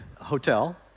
hotel